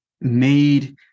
made